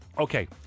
Okay